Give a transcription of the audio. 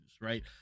right